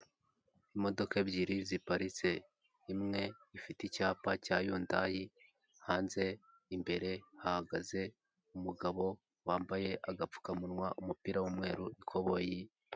Imodoka ebyiri ziparitse, imwe ifite icyapa cya yundayi hanze. Imbere hahagaze umugabo wambaye agapfukamunwa, umupira w'umweru, ikoboyi.